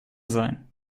sein